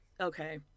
okay